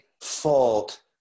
fault